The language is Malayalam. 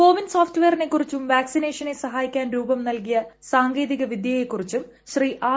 കോ വിൻ സോഫ്റ്റ്വെയറിനെക്കുറിച്ചും വാകക്സിനേഷനെ സഹായിക്കാൻ രൂപം നൽകിയ സാങ്കേതികവിദ്യയെ കുറിച്ചും ശ്രീ ആർ